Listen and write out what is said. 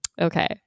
Okay